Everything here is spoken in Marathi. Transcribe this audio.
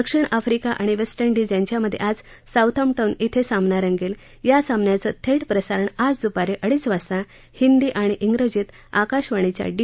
दक्षिण आफ्रिका आणि वस्टे डिज यांच्यामधआज साऊथ हप्टिन क्रि सामना रंगर्वयासामन्याचं थर्दप्रसारण आज दुपारी अडीच वाजता हिंदी आणि ग्रेजीत आकाशवाणीच्या डी